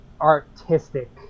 artistic